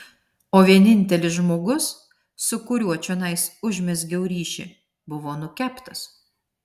o vienintelis žmogus su kuriuo čionais užmezgiau ryšį buvo nukeptas